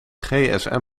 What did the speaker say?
gsm